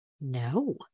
No